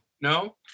no